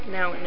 Now